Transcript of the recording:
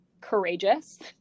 courageous